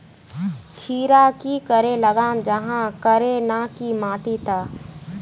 खीरा की करे लगाम जाहाँ करे ना की माटी त?